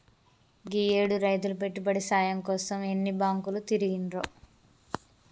గీయేడు రైతులు పెట్టుబడి సాయం కోసం ఎన్ని బాంకులు తిరిగిండ్రో